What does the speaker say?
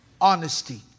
honesty